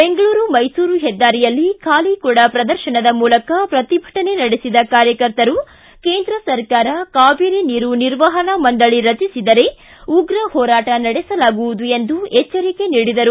ಬೆಂಗಳೂರು ಮೈಸೂರು ಹೆದ್ದಾರಿಯಲ್ಲಿ ಖಾಲಿ ಕೊಡ ಪ್ರದರ್ಶನದ ಮೂಲಕ ಪ್ರತಿಭಟನೆ ನಡೆಸಿದ ಕಾರ್ಯಕರ್ತರು ಕೇಂದ್ರ ಸರ್ಕಾರ ಕಾವೇರಿ ನೀರು ನಿರ್ವಹಣಾ ಮಂಡಳಿ ರಚಸಿದರೆ ಉಗ್ರ ಹೋರಾಟ ನಡೆಸಲಾಗುವುದು ಎಂದು ಎಚ್ಚರಿಕೆ ನೀಡಿದರು